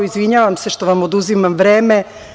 Izvinjavam se što vam oduzimam vreme.